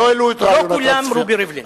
לא כולם רובי ריבלין.